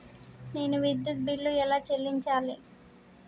నేను విద్యుత్ బిల్లు ఎలా చెల్లించాలి?